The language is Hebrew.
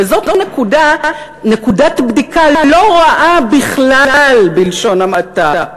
וזאת נקודת בדיקה לא רעה בכלל, בלשון המעטה.